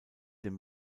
dem